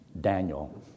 Daniel